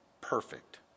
perfect